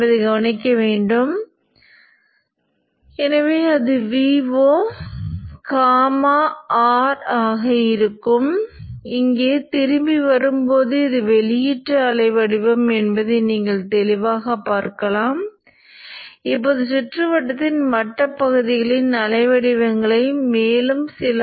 நான் சொன்னது போல் காந்தமாக்கும் பகுதி மற்றும் சுமை பிரதிபலித்த பகுதி என்று இரண்டு பகுதிகளைக் கொண்டுள்ளது